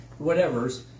whatevers